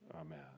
Amen